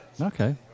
Okay